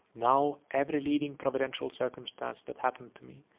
now every leading providential circumstance that happened to me,